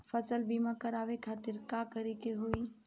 फसल बीमा करवाए खातिर का करे के होई?